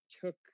took